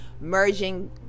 merging